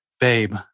babe